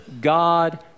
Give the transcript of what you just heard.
God